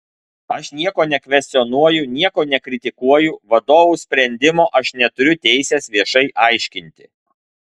aš nieko nekvestionuoju nieko nekritikuoju vadovų sprendimo aš neturiu teisės viešai aiškinti